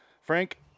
Frank